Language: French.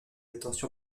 attention